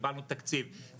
קיבלנו תקציב,